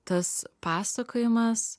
tas pasakojimas